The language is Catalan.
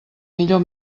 millor